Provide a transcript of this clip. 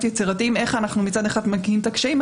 יצירתיים איך אנחנו מצד אחד מקהים את הקשיים,